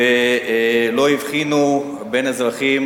ולא הבחינו בין אזרחים